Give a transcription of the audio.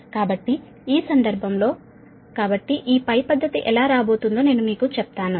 కాబట్టి ఈ సందర్భం లో కాబట్టి ఈ పద్ధతి ఎలా రాబోతుందో నేను మీకు చెప్తాను